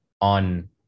on